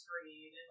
screen